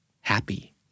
happy